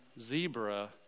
zebra